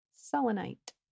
selenite